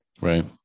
right